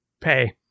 pay